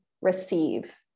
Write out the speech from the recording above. receive